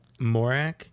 Morak